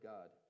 God